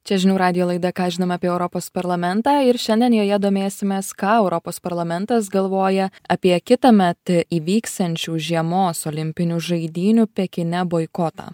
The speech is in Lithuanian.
čia žinių radijo laida ką žinome apie europos parlamentą ir šiandien joje domėsimės ką europos parlamentas galvoja apie kitąmet įvyksiančių žiemos olimpinių žaidynių pekine boikotą